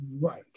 Right